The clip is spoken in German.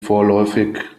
vorläufig